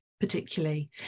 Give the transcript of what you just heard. particularly